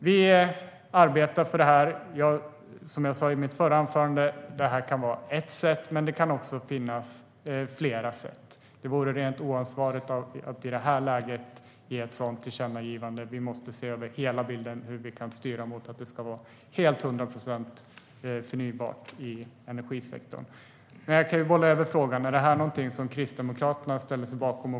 Vi arbetar för detta, och som jag sa i min första replik kan detta vara ett sätt - men det kan också finnas flera sätt. Det vore rent oansvarigt att i det här läget ge ett sådant tillkännagivande. Vi måste se över hela bilden och hur vi kan styra mot att det ska vara helt 100 procent förnybart i energisektorn. Jag kan alltså bolla över frågan. Är detta någonting Kristdemokraterna ställer sig bakom?